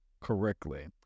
correctly